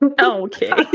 Okay